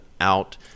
Out